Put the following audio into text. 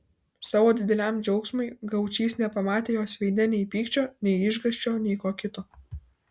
savo dideliam džiaugsmui gaučys nepamatė jos veide nei pykčio nei išgąsčio nei ko kito